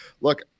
look